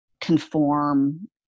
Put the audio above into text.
conform